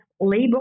labor